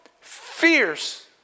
fierce